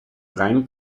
rein